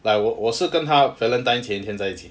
like 我我是跟她 valentine 前天在一起